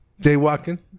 Jaywalking